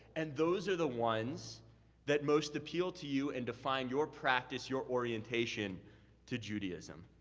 and those are the ones that most appeal to you and define your practice, your orientation to judaism.